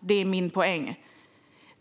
Detta är min poäng.